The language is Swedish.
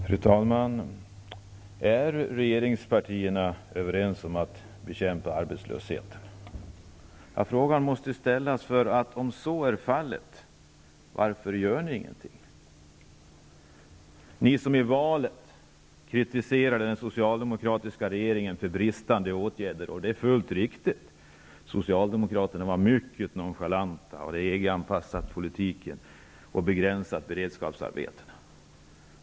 Fru talman! Är regeringspartierna överens om att bekämpa arbetslösheten? Den frågan måste ställas, för om så är fallet, varför gör ni ingenting? Ni kritiserade ju den socialdemokratiska regeringen före valet för bristande ågärder, vilket var fullt riktigt. Socialdemokraterna var mycket nonchalanta. De hade bl.a. anpassat politiken och begränsat antalet beredskapsarbeten.